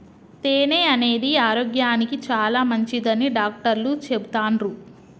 తేనె అనేది ఆరోగ్యానికి చాలా మంచిదని డాక్టర్లు చెపుతాన్రు